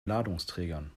ladungsträgern